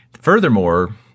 Furthermore